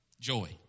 Joy